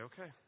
okay